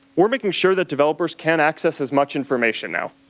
we are making sure that developers can access as much information now.